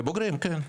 לבוגרים, כן.